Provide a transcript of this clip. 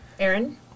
Aaron